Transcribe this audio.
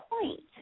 point